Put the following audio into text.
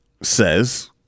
says